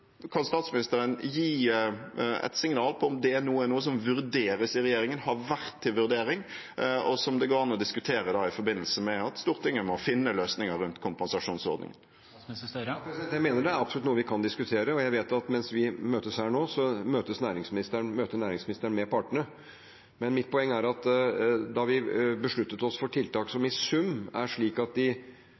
Kan statsministeren gi et signal om hvorvidt det er noe som vurderes eller har vært til vurdering i regjeringen, og som det går an å diskutere i forbindelse med at Stortinget må finne løsninger rundt kompensasjonsordningen? Jeg mener absolutt at det er noe vi kan diskutere, og jeg vet at mens vi møtes her nå, møter næringsministeren partene. Men mitt poeng er at da vi besluttet oss for tiltak som i sum er slik at de